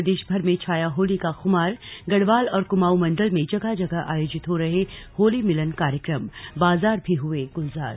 प्रदेश भर में छाया होली का खुमारगढ़वाल और कुमाऊं मंडल में जगह जगह आयोजित हो रहे होली मिलन कार्यक्रम बाजार भी हुए गुलजार